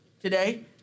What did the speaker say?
today